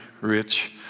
rich